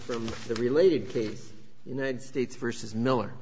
with the related case united states versus miller